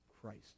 Christ